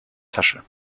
tasche